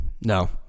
no